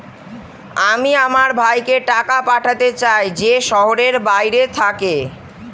আমি আমার ভাইকে টাকা পাঠাতে চাই যে শহরের বাইরে থাকে